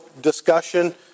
discussion